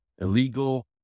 illegal